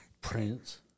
Prince